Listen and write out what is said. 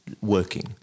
working